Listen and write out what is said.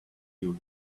you